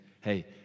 hey